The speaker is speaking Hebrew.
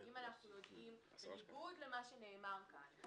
אם אנחנו יודעים בניגוד למה שנאמר כאן,